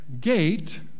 gate